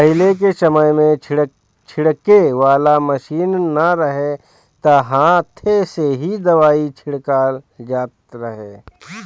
पहिले के समय में छिड़के वाला मशीन ना रहे त हाथे से ही दवाई छिड़कल जात रहे